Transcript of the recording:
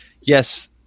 yes